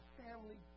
family